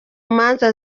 manza